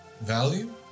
value